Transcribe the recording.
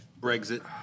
Brexit